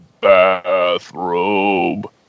Bathrobe